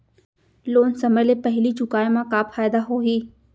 Loan समय ले पहिली चुकाए मा का फायदा होही?